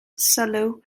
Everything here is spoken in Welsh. sylw